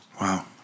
Wow